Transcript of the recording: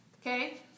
Okay